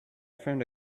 found